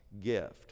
gift